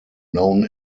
known